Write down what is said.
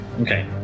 Okay